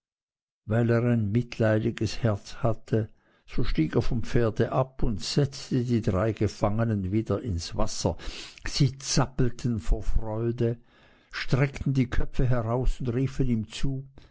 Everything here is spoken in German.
weil er ein mitleidiges herz hatte so stieg er vom pferde ab und setzte die drei gefangenen wieder ins wasser sie zappelten vor freude streckten die köpfe heraus und riefen ihm zu